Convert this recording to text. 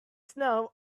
snow